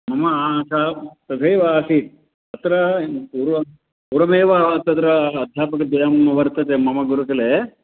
मम आशा तथैव आसीत् अत्र पूर्वं पूर्वमेव तत्र अध्यापकद्वयं वर्तते मम गुरुकले